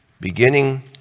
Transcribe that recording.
beginning